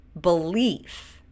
belief